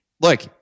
Look